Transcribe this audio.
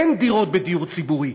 אין דירות בדיור ציבורי.